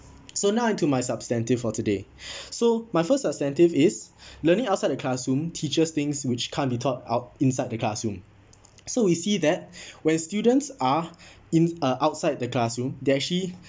so now into my substantive for today so my first substantive is learning outside the classroom teaches things which can't be taught out inside the classroom so we see that when students are in~ uh outside the classroom they actually